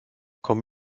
kommt